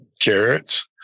carrots